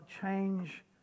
change